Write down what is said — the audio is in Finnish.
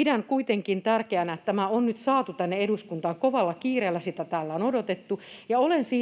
Pidän tärkeänä, että tämä on nyt saatu tänne eduskuntaan, kun kovalla kiireellä sitä täällä on odotettu, mutta olen syvästi